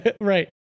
right